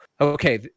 okay